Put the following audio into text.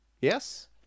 Yes